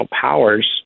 powers